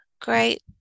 great